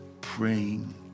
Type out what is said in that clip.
praying